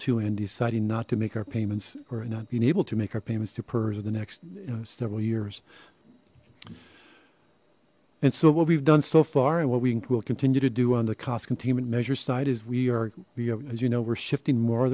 to and deciding not to make our payments or not being able to make our payments to pers or the next several years and so what we've done so far and what we will continue to do on the cost containment measure side is we are as you know we're shifting more